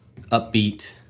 Upbeat